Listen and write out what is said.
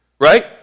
Right